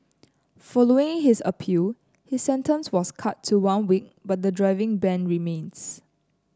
following his appeal his sentence was cut to one week but the driving ban remains